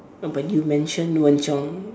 uh but you mentioned Wen Zhong